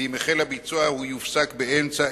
ואם החל הביצוע הוא יופסק באמצע,